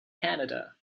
canada